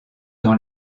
dans